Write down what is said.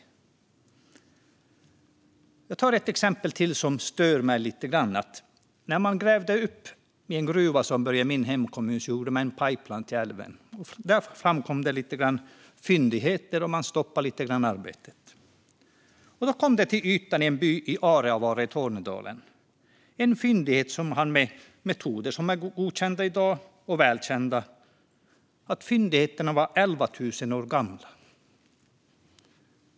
Jag ska ta ännu ett exempel som stör mig lite. När man grävde en gruva i min hemkommun gjorde man en pipeline till älven, och där kom det fram fyndigheter som gjorde att man stoppade arbetet lite. I byn Aareavaara i Tornedalen kom en fyndighet till ytan som man med metoder som är godkända och välkända i dag kunde se var 11 000 år gamla.